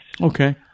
Okay